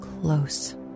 close